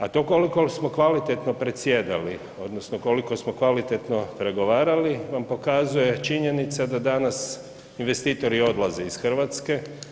A to koliko smo kvalitetno predsjedali odnosno koliko smo kvalitetno pregovarali vam pokazuje činjenica da danas investitori odlaze iz Hrvatske.